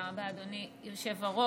תודה רבה, אדוני היושב-ראש.